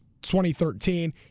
2013